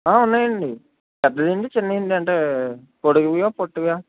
ఉన్నాయండి పెద్దవి ఉంది చిన్నవి ఉన్నయి అంటే పొడుగువా పొట్టివా